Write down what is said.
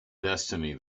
destiny